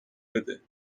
بده